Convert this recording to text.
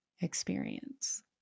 experience